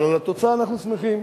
אבל על התוצאה אנחנו שמחים,